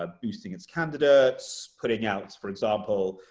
ah boosting its candidates, putting out, for example,